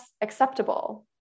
acceptable